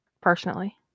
Personally